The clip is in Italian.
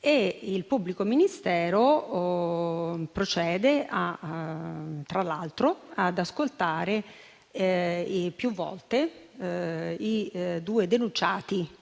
e il pubblico ministero procede, tra l'altro, ad ascoltare più volte i due denunciati,